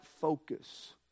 focus